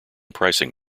pricing